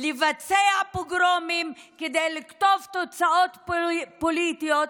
לבצע פוגרומים כדי לכתוב תוצאות פוליטיות,